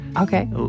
Okay